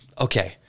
Okay